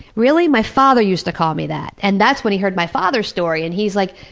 really? my father used to call me that. and that's when he heard my father's story, and he's like,